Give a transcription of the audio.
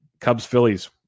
Cubs-Phillies